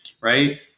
right